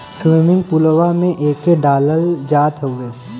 swimming पुलवा में एके डालल जात हउवे